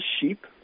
sheep